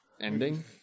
ending